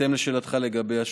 לשאלתך לגבי השעות.